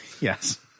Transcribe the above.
Yes